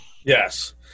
Yes